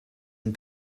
and